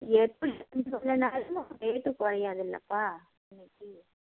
எப்படி இன்னும் கொஞ்சம் நாளில் ரேட்டு குறையாதில்லப்பா இன்னைக்கி